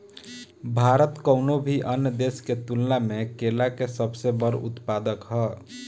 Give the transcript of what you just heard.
भारत कउनों भी अन्य देश के तुलना में केला के सबसे बड़ उत्पादक ह